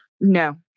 No